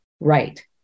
right